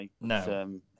no